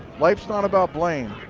life's not about blame.